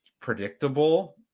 predictable